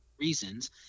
reasons